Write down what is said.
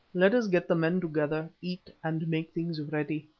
let us get the men together, eat, and make things ready.